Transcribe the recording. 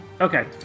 Okay